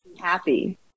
happy